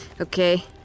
okay